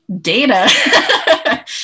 data